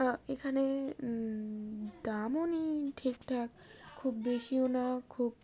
এখানে দামও নিই ঠিক ঠাক খুব বেশিও না খুব